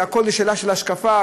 שהכול זה שאלה של השקפה,